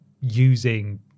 using